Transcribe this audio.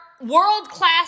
world-class